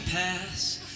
pass